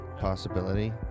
possibility